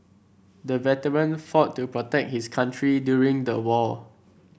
the veteran fought to protect his country during the war